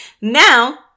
now